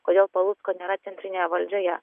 kodėl palucko nėra centrinėje valdžioje